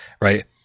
right